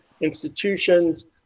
institutions